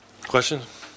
questions